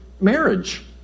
marriage